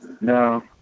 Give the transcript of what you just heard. No